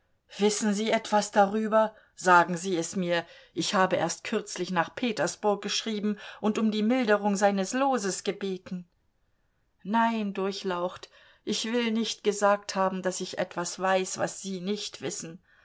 wissen sie etwas darüber sagen sie es mir ich habe erst kürzlich nach petersburg geschrieben und um die milderung seines loses gebeten nein durchlaucht ich will nicht gesagt haben daß ich etwas weiß was sie nicht wissen